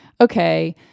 okay